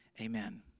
Amen